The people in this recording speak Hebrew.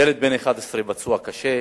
ילד בן 11 פצוע קשה,